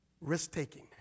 Risk-taking